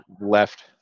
left